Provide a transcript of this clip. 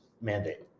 mandate